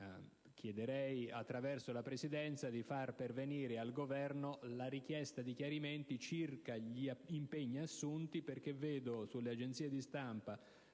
Chiederei, attraverso la Presidenza, di far pervenire al Governo la richiesta di chiarimenti circa gli impegni assunti, perché vedo dai lanci delle agenzie di stampa